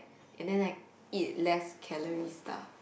and then I eat less calorie stuff